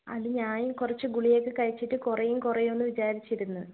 അത് ഞാൻ കുറച്ചു ഗുളികയൊക്കെ കഴിച്ചിട്ട് കുറയും കുറയും എന്നു വിചാരിച്ചിരുന്നു